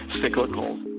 cyclical